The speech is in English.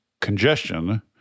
congestion